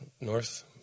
north